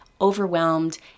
overwhelmed